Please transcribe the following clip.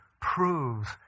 proves